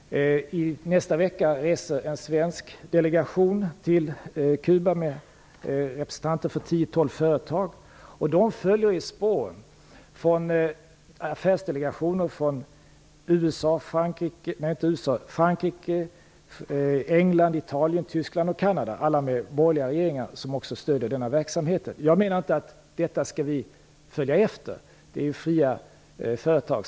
I nästa vecka reser en svensk delegation till Kuba. Det är representanter för 10-12 företag. De följer i spåren från affärsdelegationer från alla med borgerliga regeringar som också stöder den här verksamheten. Jag menar inte att vi skall följa efter detta. Det är ju fria företag.